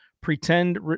pretend